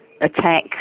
attack